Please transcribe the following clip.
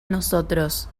nosotros